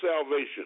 salvation